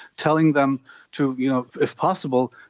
telling them to, you know if possible,